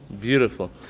Beautiful